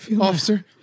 Officer